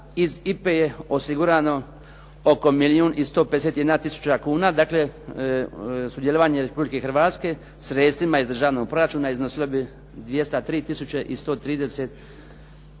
iz IPA-e je osigurano oko milijuni 151 tisuća kuna, dakle sudjelovanje Republike Hrvatske sredstvima iz državnog proračuna iznosila bi 233